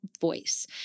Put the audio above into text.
voice